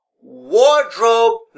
wardrobe